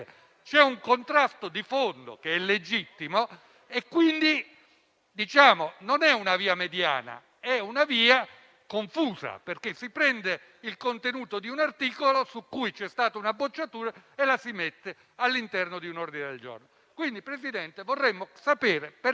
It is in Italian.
c'è un contrasto di fondo, che è legittimo. Quindi, non è una via mediana, ma è una via confusa, perché si prende il contenuto di un emendamento su cui c'è stato una bocciatura e lo si mette all'interno di un ordine del giorno. Signor Presidente, vorremmo pertanto